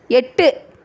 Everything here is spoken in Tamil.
எட்டு